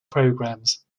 programs